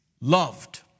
loved